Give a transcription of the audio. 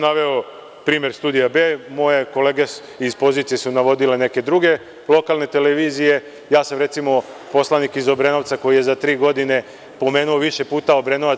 Naveo sam primer Studia B, moje kolege iz pozicije su navodile neke druge lokalne televizije, ja sam, recimo, poslanik iz Obrenovca koji je za tri godine pomenuo više puta Obrenovac…